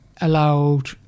allowed